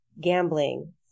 gambling